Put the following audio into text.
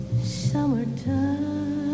Summertime